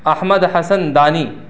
احمد حسن دانی